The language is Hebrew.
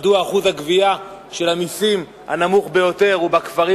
מדוע שיעור הגבייה של המסים הנמוך ביותר הוא בכפרים